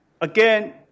again